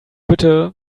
bitte